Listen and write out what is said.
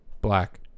Black